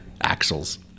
axles